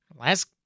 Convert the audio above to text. last